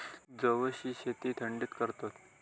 जवसची शेती थंडीत करतत